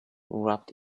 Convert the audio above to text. wrapped